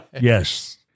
Yes